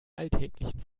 alltäglichen